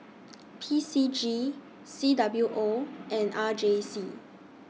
P C G C W O and R J C